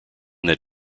that